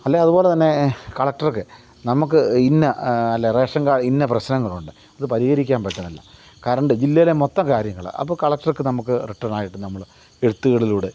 അല്ല അതുപോലെ തന്നെ കലക്ടർക്ക് നമുക്ക് ഇന്ന അല്ല റേഷൻ കാർഡ് ഇന്ന പ്രശ്നങ്ങളുണ്ട് അത് പരിഹരിക്കാന് പറ്റുന്നില്ല കരണ്ട് ജില്ലയിലെ മൊത്തം കാര്യങ്ങള് അപ്പോൾ കളക്ടർക്ക് നമുക്ക് വ്രീട്ടൻ ആയിട്ട് നമ്മള് എഴുത്തുകളിലൂടെ